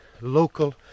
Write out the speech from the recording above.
local